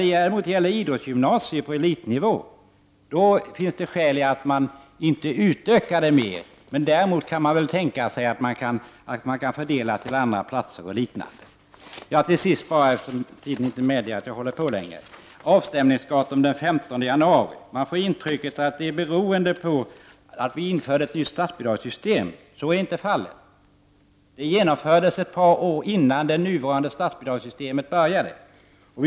Det finns alltså ingen spärr för detta. Däremot finns det skäl att inte utöka antalet gymnasier med idrott på elitnivå. Man kan dock tänka sig en omfördelning till andra platser osv. Man får intrycket att avstämningsdatumet den 15 januari är beroende av att vi har infört ett nytt statsbidragssystem. Så är inte fallet. Datumet fastställdes ett par år innan det nuvarande statsbidragssystemet började gälla.